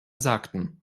sagten